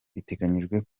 biteganyijwe